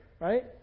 Right